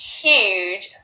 huge